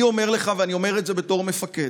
אני אומר לך, ואני אומר את זה בתור מפקד,